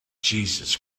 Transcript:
jesus